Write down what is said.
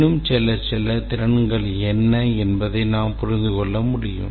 இன்னும் செல்ல செல்ல திறன்கள் என்ன என்பதை நாம் புரிந்து கொள்ள முடியும்